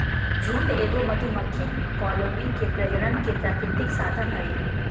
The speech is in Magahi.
झुंड एगो मधुमक्खी कॉलोनी के प्रजनन के प्राकृतिक साधन हइ